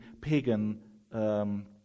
pagan